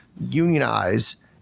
unionize